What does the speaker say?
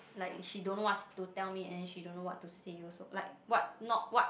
like she don't know what to tell me and then she don't know what to say also like what not what